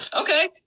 Okay